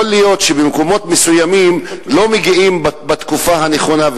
יכול להיות שבמקומות מסוימים לא מגיעים בתקופה הנכונה.